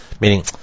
Meaning